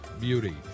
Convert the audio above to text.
beauty